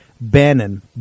Bannon